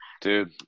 dude